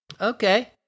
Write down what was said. okay